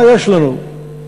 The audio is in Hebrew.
מה יש לנו במשרד?